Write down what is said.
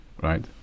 right